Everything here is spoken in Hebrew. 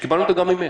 שקיבלנו אותה גם ממך.